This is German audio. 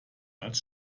als